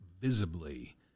visibly